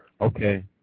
Okay